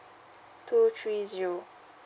two three zero